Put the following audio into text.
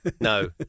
no